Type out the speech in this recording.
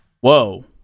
Whoa